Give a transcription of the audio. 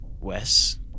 Wes